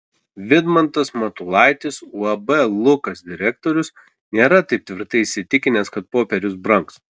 vidmantas matulaitis uab lukas direktorius nėra taip tvirtai įsitikinęs kad popierius brangs